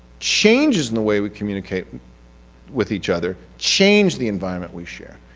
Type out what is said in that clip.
changes in the way we communicate with each other change the environment we share.